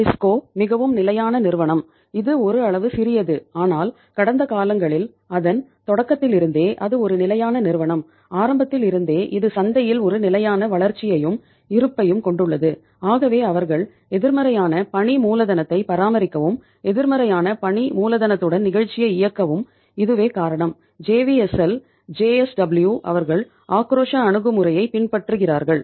disco அவர்கள் ஆக்ரோஷ அணுகுமுறையைப் பின்பற்றுகிறார்கள்